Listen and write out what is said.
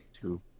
Two